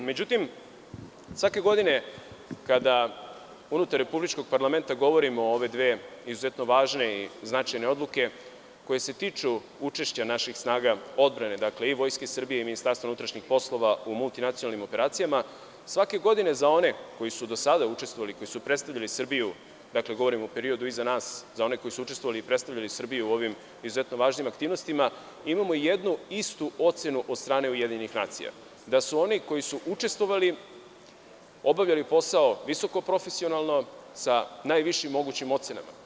Međutim, svake godine kada unutar republičkoj parlamenta govorimo o ove dve izuzetno važne i značajne odluke koje se tiču učešća naših snaga odbrane, Vojske Srbije i MUP-a, u multinacionalnim operacijama, svake godine za one koji su do sada učestvovali, koji su predstavljali Srbiju, govorim o periodu iza nas, za one koji su učestvovali i predstavljali Srbiju u ovim izuzetno važnim aktivnostima, imamo jednu istu ocenu od strane UN - da su oni koji su učestvovali obavljali posao visoko profesionalno, sa najvišim mogućim ocenama.